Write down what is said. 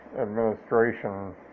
administration